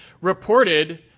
reported